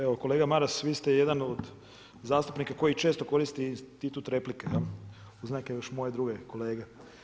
Evo kolega Maras vi ste jedan od zastupnika koji često koristi institut replike uz neke još moje druge kolege.